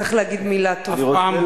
צריך להגיד מלה טובה.